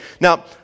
Now